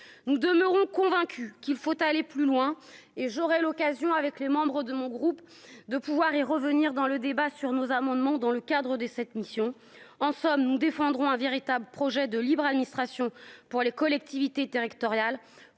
nous demeurons convaincus qu'il faut aller plus loin et j'aurai l'occasion avec les membres de mon groupe de pouvoir et revenir dans le débat sur nos amendements dans le cadre de cette mission, en somme, nous défendrons un véritable projet de libre administration pour les collectivités territoriales,